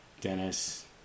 Dennis